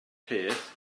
peth